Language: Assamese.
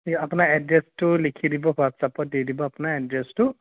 এই আপোনাৰ এড্ৰেছটো লিখি দিব হোৱাটছআপত দি দিব আপোনাৰ এড্ৰেছটো